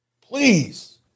Please